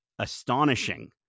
astonishing